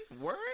word